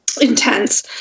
intense